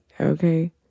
Okay